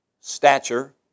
stature